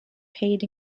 paid